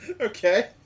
Okay